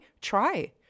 Try